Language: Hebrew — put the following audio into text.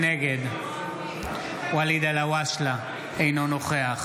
נגד ואליד אלהואשלה, אינו נוכח